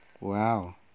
Wow